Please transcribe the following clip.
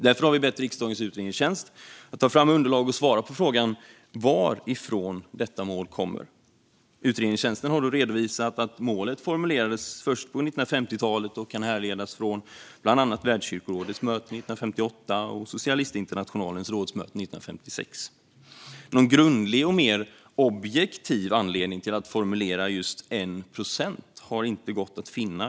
Därför har vi bett riksdagens utredningstjänst att ta fram underlag och svara på frågan varifrån detta mål kommer. Utredningstjänsten har då redovisat att målet formulerades först på 1950-talet och kan härledas från bland annat Världskyrkorådets möte 1958 och Socialistinternationalens rådsmöte 1956. Någon grundlig och mer objektiv anledning till att formulera just 1 procent har inte gått att finna.